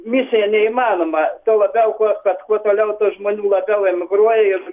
misija neįmanoma tuo labiau kuo kad kuo toliau tuo žmonių labiau emigruoja ir